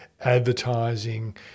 advertising